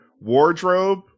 Wardrobe